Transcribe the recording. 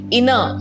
inner